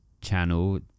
channel